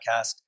Podcast